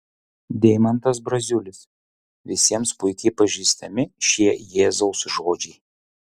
deimantas braziulis visiems puikiai pažįstami šie jėzaus žodžiai